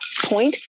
point